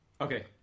Okay